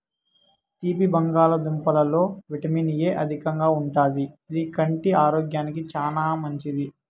తీపి బంగాళదుంపలలో vitamin A అధికంగా ఉంటాది, ఇది కంటి ఆరోగ్యానికి చానా మంచిది